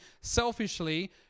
selfishly